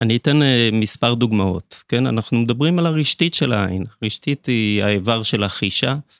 אני אתן מספר דוגמאות, כן? אנחנו מדברים על הרשתית של העין. הרשתית היא האיבר של החישה.